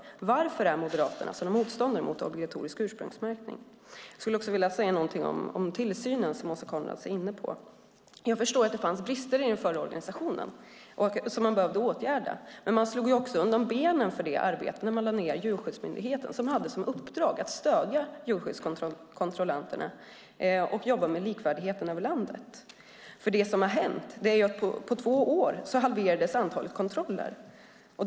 Varför är Moderaterna sådana motståndare till obligatorisk ursprungsmärkning? Jag skulle också vilja säga något om tillsynen, som Åsa Coenraads var inne på. Jag förstår att det fanns brister i den förra organisationen som man behövde åtgärda, men man slog undan benen för det arbetet när man lade ned Djurskyddsmyndigheten, som ju hade som uppdrag att stödja djurskyddskontrollanterna och jobba med likvärdigheten över landet. Det som har hänt är att antalet kontroller har halverats på två år.